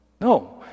No